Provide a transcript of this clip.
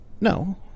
No